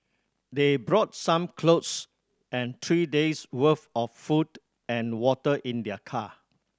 they brought some clothes and three days' worth of food and water in their car